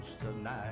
tonight